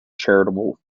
charitable